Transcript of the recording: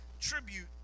tribute